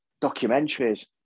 documentaries